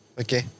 Okay